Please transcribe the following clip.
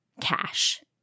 cash